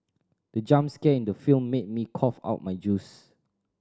the jump scare in the film made me cough out my juice